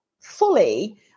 fully